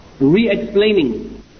re-explaining